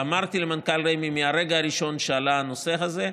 אמרתי למנכ"ל רמ"י מהרגע הראשון שעלה הנושא הזה: